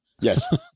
Yes